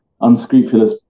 unscrupulous